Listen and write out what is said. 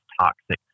toxic